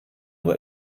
nur